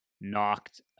knocked